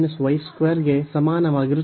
ಗೆ ಸಮಾನವಾಗಿರುತ್ತದೆ